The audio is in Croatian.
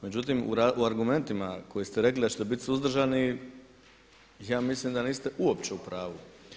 Međutim u argumentima koji ste rekli da ćete biti suzdržani, ja mislim da niste uopće u pravu.